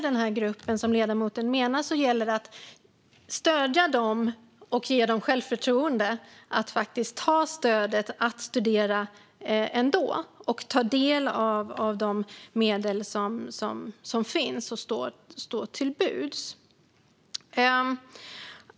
Den grupp som ledamoten talar om ska ges självförtroende att ta del av studiestödet och studera ändå, det vill säga ta del av de medel som står till buds.